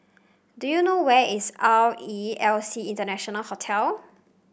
do you know where is R E L C International Hotel